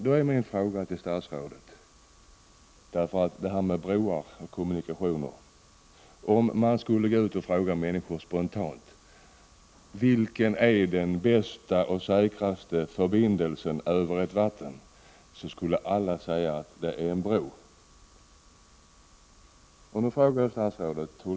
När det gäller det här med broar och kommunikationer vill jag säga till statsrådet: Om man frågar människor vad de spontant tycker är den bästa och den säkraste förbindelsen över ett vatten, skulle alla säga att en bro är det bästa alternativet.